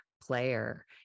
player